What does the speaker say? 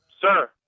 sir